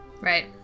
Right